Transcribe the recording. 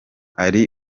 ari